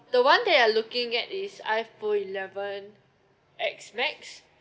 the one that you're looking at is iPhone eleven X max